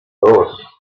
dos